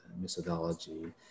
methodology